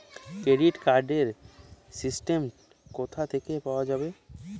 Credit card র statement কোথা থেকে পাওয়া যাবে?